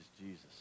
Jesus